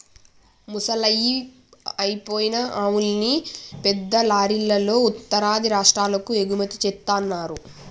ముసలయ్యి అయిపోయిన ఆవుల్ని పెద్ద పెద్ద లారీలల్లో ఉత్తరాది రాష్టాలకు ఎగుమతి జేత్తన్నరు